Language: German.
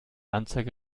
anzeige